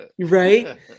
Right